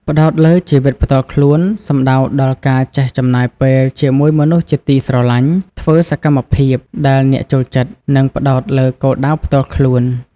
ផ្តោតលើជីវិតផ្ទាល់ខ្លួន សំដៅដល់ការចេះចំណាយពេលជាមួយមនុស្សជាទីស្រឡាញ់ ធ្វើសកម្មភាពដែលអ្នកចូលចិត្ត និងផ្តោតលើគោលដៅផ្ទាល់ខ្លួន។